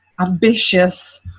ambitious